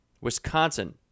Wisconsin